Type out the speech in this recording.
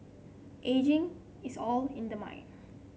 ageing is all in the mind